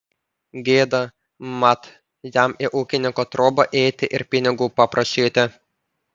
gėda mat jam į ūkininko trobą įeiti ir pinigų paprašyti